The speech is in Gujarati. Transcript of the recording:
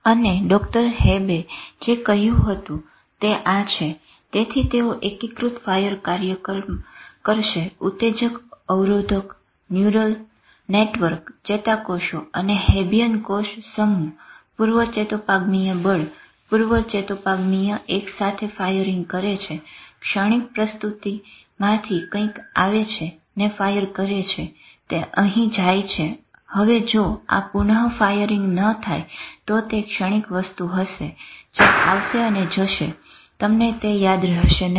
અને ડોકટર હેબ્બે જે કહ્યું હતું તે આ છેતેથી તેઓ એકીકૃત ફાયરમાં કાર્ય કરશે ઉતેજક અવરોધક ન્યુરલ નેટવર્ક ચેતાકોષો અને હેબ્બિયન કોષ સમૂહપૂર્વચેતોપાગમીય બળ પૂર્વ ચેતોપાગમીય એકસાથે ફાયરીંગ કરે છે ક્ષણીક પ્રસ્તુતીમાંથી કંઈક આવે છે ને ફાયર કરે છે તે અહી જાઈ છે હવે જો આ પુનઃ ફાયરીંગ ન થાય તો તે ક્ષણીક વસ્તુ હશે જે આવશે અને જશે તમને તે યાદ રહશે નહી